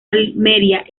almería